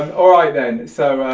um all right then, so,